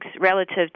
relative